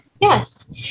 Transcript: Yes